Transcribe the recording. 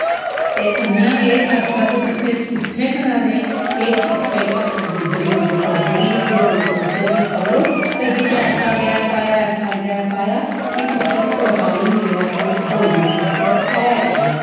ते इयां गै अज्जकल दे बच्चे कुत्थें करा दे एह् पिच्छे साढ़े बगुर्ग करदे ही डोगरी कल्चर गी फॉलो ते बिच्च ऐसा गैप आया ऐसा गैप आया कि कुसै गी पता गै नी रेहा कि भाई डोगरी कल्चर है केह् ऐ